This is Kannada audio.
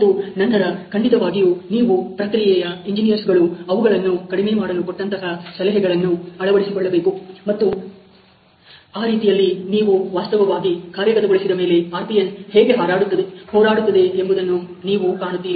ಮತ್ತು ನಂತರ ಖಂಡಿತವಾಗಿಯೂ ನೀವು ಪ್ರಕ್ರಿಯೆಯ ಎಂಜಿನಿಯರ್process engineer's ಗಳು ಅವುಗಳನ್ನು ಕಡಿಮೆ ಮಾಡಲು ಕೊಟ್ಟಂತಹ ಕೆಲವೊಂದು ಸಲಹೆಗಳನ್ನು ಅಳವಡಿಸಿಕೊಳ್ಳಬೇಕು ಮತ್ತು ಆ ರೀತಿಯಲ್ಲಿ ನೀವು ವಾಸ್ತವವಾಗಿ ಕಾರ್ಯಗತಗೊಳಿಸಿದ ಮೇಲೆ RPN ಹೇಗೆ ಹೋರಾಡುತ್ತದೆ ಎಂಬುದನ್ನು ನೀವು ಕಾಣುತ್ತೀರಿ